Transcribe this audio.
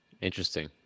Interesting